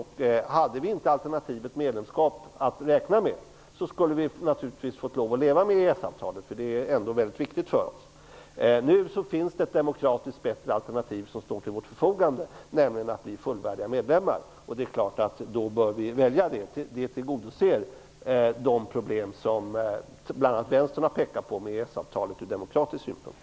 Hade vi inte alternativet medlemskap att räkna med, skulle vi ha fått lov att leva med EES-avtalet. Det är mycket viktigt för oss. Nu finns det ett demokratiskt bättre alternativ som står till vårt förfogande, nämligen att bli fullvärdiga medlemmar. Då bör vi välja det. Det tillgodoser de önskemål ur demokratisk synpunkt som bl.a. Vänstern har pekat på, där EES-avtalet skapar problem.